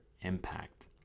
impact